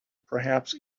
perhaps